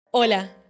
Hola